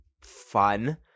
fun